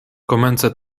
komence